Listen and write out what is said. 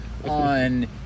on